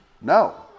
No